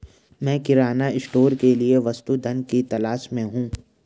मैं किराना स्टोर के लिए वस्तु धन की तलाश में हूं